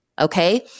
Okay